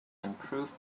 improved